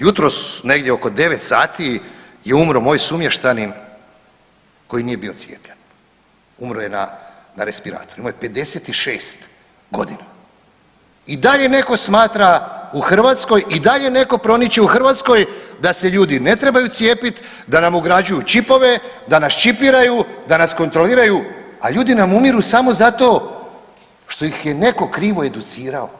Jutros negdje oko 9 sati je umro moj sumještanin koji nije bio cijepljen, umro je na respiratoru, imao je 56.g. i dalje netko smatra u Hrvatskoj i dalje netko proniče u Hrvatskoj da se ljudi ne trebaju cijepit, da nam ugrađuju čipove, da nas čipiraju, da nas kontroliraju, a ljudi nam umiru samo zato što ih je netko krivo educirao.